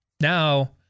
Now